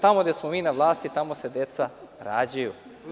Tamo gde smo mi na vlasti, tamo se deca rađaju.